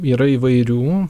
yra įvairių